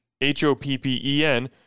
H-O-P-P-E-N